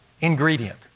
ingredient